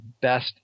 best